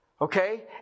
Okay